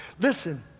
Listen